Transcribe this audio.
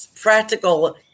practical